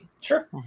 Sure